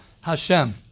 Hashem